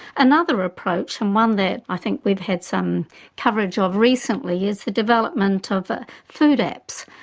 another approach, and one that i think we've had some coverage of recently, is the development of ah food apps,